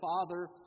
Father